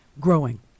growing